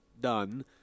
done